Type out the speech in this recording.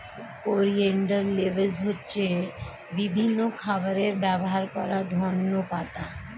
coriander leaves হচ্ছে বিভিন্ন খাবারে ব্যবহার করা ধনেপাতা